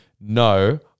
no